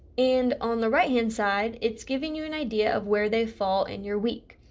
and on the right hand side, it's giving you an idea of where they fall in your week.